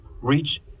reach